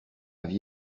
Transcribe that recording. vie